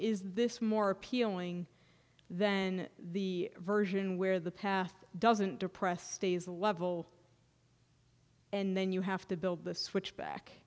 is this more appealing then the version where the path doesn't depress stays level and then you have to build the switchback